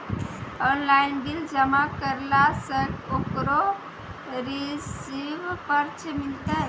Online bill जमा करला से ओकरौ रिसीव पर्ची मिलतै?